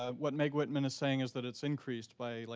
ah what meg whitman is saying is that it's increased by, like